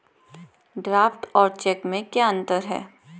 Draft और cheque में क्या अंतर है?